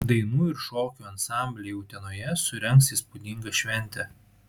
dainų ir šokių ansambliai utenoje surengs įspūdingą šventę